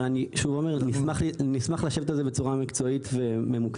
אני שוב אומר נשמח לשבת על זה בצורה מקצועית וממוקדת.